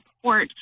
support